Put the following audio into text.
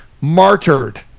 martyred